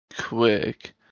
quick